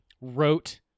wrote